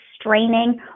straining